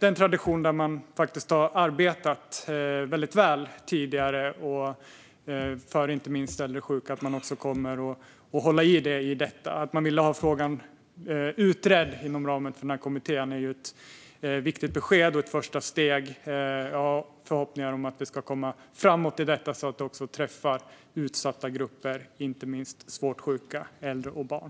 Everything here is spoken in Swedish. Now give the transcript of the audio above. sin tradition, där man tidigare har arbetat väldigt väl för inte minst äldre och sjuka. Att man ville ha frågan utredd inom ramen för kommittén är ett viktigt besked och ett första steg. Jag har förhoppningar om att vi ska komma framåt i detta så att det också träffar utsatta grupper, inte minst svårt sjuka äldre och barn.